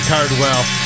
Cardwell